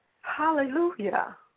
Hallelujah